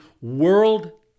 world